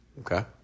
Okay